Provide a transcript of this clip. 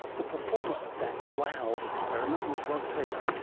the performer of that wow experiment was rod taylor,